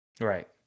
Right